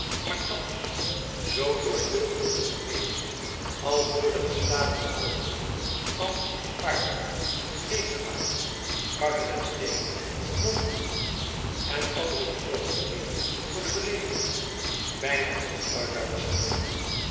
maar thans zoo door veelvuldige regens als door den gestadigen overtocht van voet en paardenvolk legerwagens karren met steenen mondbehoeften en andere benoodigdheden voor de belegeraars bijna onbruikbaar was geworden